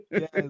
yes